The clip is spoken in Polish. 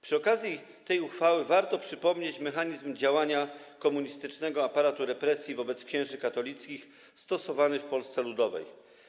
Przy okazji tej uchwały warto przypomnieć mechanizm działania komunistycznego aparatu represji wobec księży katolickich stosowany w Polsce Ludowej.